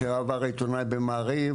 לשעבר עיתונאי במעריב,